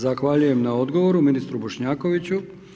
Zahvaljujem na odgovoru ministru Bošnjakoviću.